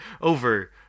over